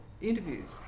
interviews